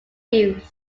used